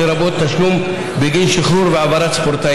וחבר הכנסת אורן חזן סוגר את